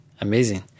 amazing